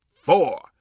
four